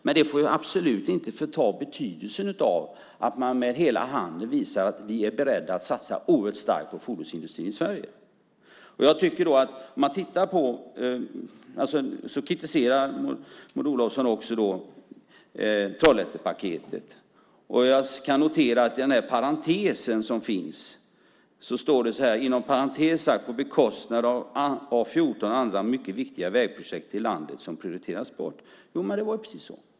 Men det får absolut inte förta betydelsen av att man med hela handen visar att vi i Sverige är beredda att satsa oerhört starkt på fordonsindustrin i Sverige. Maud Olofsson kritiserar också Trollhättepaketet. Jag kan notera följande som står i svaret: "Inom parentes sagt: på bekostnad av 14 andra mycket viktiga vägprojekt i landet som prioriterades bort." Det var precis så.